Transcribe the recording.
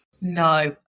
No